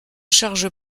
charge